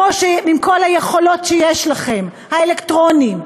עם כל היכולות שיש לכם, האלקטרוניות,